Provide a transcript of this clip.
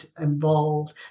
involved